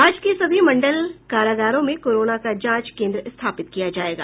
राज्य के सभी मंडल कारागारों में कोरोना का जांच केन्द्र स्थापित किया जायेगा